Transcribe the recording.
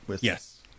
Yes